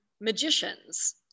magicians